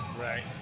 right